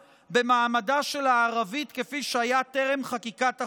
במעמדה של הערבית כפי שהיה טרם חקיקת החוק.